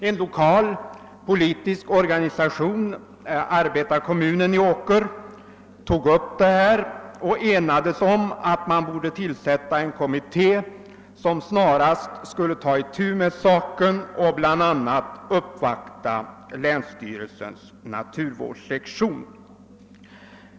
En lokal politisk organisation, arbetarkommunen i Åker, tog upp frågan och enades om att man borde tiilsätta en kommitté som snarast skulle ta itu med saken och bl.a. uppvakta länsstyreisens naturvårdssektion.